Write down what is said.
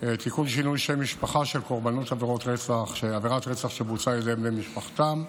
משפחה של קורבנות עבירת רצח שבוצעה על ידי בני משפחתם).